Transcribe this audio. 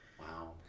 Wow